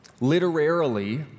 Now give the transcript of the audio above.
Literarily